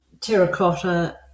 terracotta